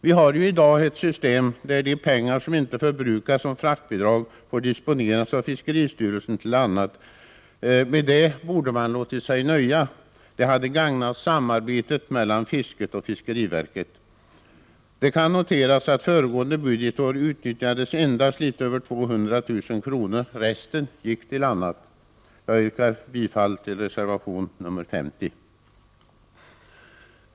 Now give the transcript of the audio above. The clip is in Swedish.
Vi har ju i dag ett system där de pengar som inte förbrukas som fraktbidrag får disponeras av fiskeristyrelsen till annat. Med det borde man ha låtit sig nöja. Det hade gagnat samarbetet mellan fisket och fiskeriverket. Det kan noteras att föregående budgetår utnyttjades endast litet över 200 000 kr. Resten gick till annat. Jag yrkar bifall till reservation nr 50.